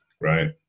right